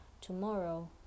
tomorrow